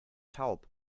taub